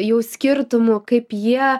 jų skirtumų kaip jie